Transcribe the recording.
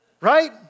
Right